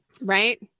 Right